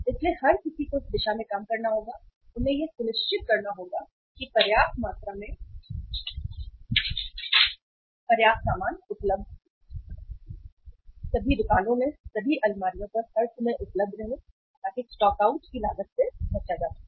इसलिए हर किसी को इस दिशा में काम करना होगा और उन्हें यह सुनिश्चित करना होगा कि पर्याप्त मात्रा में पर्याप्त सामान उपलब्ध हो सभी दुकानों में सभी अलमारियों पर हर समय उपलब्ध रहें ताकि स्टॉकआउट की लागत से बचा जा सके